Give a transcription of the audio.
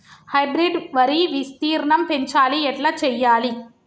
Hybrid వరి విస్తీర్ణం పెంచాలి ఎట్ల చెయ్యాలి?